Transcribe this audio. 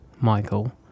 Michael